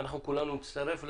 כולנו נצטרף אליה.